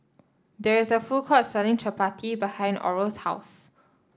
There is a food court selling Chappati behind Oral's house